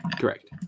Correct